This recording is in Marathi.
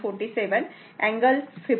47 अँगल 59